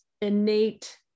innate